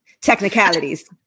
technicalities